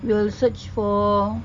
we'll search for